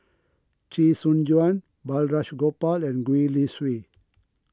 Chee Soon Juan Balraj Gopal and Gwee Li Sui